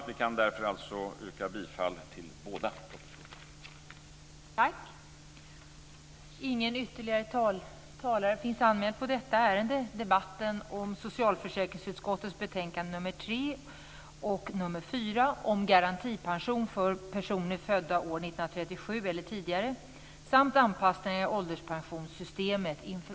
Vi kan därför yrka bifall till båda propositionerna.